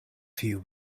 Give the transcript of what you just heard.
few